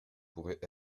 pourrait